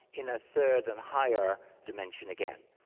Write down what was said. in a third and higher dimension again.